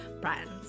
brands